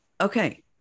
Okay